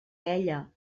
ella